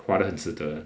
花得很值得